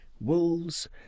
Wolves